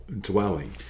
dwelling